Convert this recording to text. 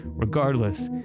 regardless,